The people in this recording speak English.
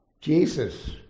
Jesus